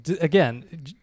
again